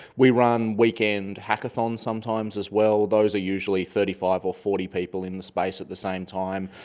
we run weekend hackathons sometimes as well, those are usually thirty five or forty people in the space at the same time.